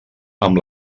amb